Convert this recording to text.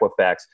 Equifax